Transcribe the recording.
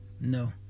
no